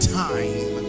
time